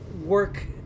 work